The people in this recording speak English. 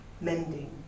mending